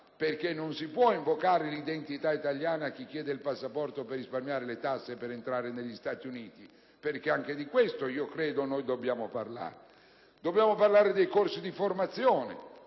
perché non si può invocare l'identità italiana per chi chiede il passaporto per risparmiare sulle tasse per entrare negli Stati Uniti. Anche di questo dobbiamo parlare. Dobbiamo parlare di corsi di formazione